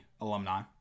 alumni